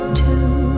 two